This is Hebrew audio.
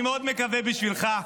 אני מאוד מקווה בשבילך,